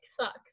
sucks